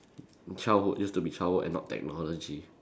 childhood used to be childhood and not technology